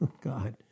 God